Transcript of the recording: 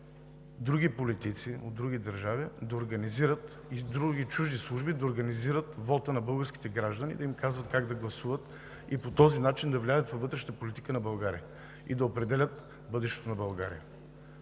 други политици от други държави и други чужди служби да организират вота на българските граждани и да им казват как да гласуват и по този начин да влияят на вътрешната политика на България и да определят бъдещето на България.